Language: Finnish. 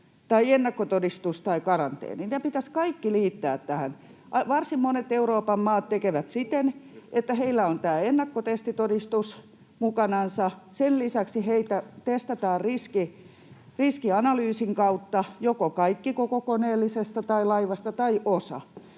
tai ennakkotodistus tai karanteeni. Ne pitäisi kaikki liittää tähän. Varsin monet Euroopan maat tekevät siten, että tulijoilla on tämä ennakkotestitodistus mukanansa, sen lisäksi heitä testataan riskianalyysin kautta, joko kaikki koko koneellisesta tai laivasta tai osa,